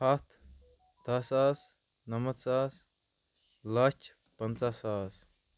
ہَتھ دَہ ساس نَمَتھ ساس لَچھ پَنٛژاہ ساس